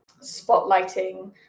spotlighting